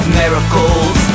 miracles